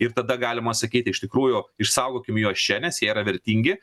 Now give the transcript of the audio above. ir tada galima sakyti iš tikrųjų išsaugokim juos čia nes jie yra vertingi